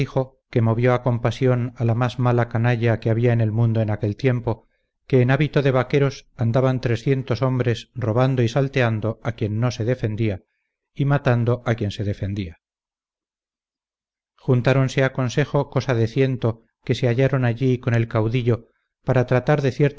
que movió a compasión a la más mala canalla que había en el mundo en aquel tiempo que en hábito de vaqueros andaban trescientos hombres robando y salteando a quien no se defendía y matando a quien se defendía juntáronse a consejo cosa de ciento que se hallaron allí con el caudillo para tratar de